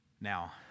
Now